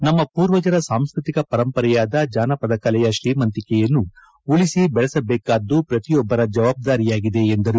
ನಮ್ಮ ಪೂರ್ವಜರ ಸಾಂಸ್ಟ್ರತಿಕ ಪರಂಪರೆಯಾದ ಜಾನಪದ ಕಲೆಯ ಶ್ರೀಮಂತಿಕೆಯನ್ನು ಉಳಿಸಿ ಬೆಳೆಸಬೇಕಾದ್ದು ಪ್ರತಿಯೊಬ್ಬರ ಜವಾಬ್ದಾರಿಯಾಗಿದೆ ಎಂದರು